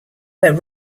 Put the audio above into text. where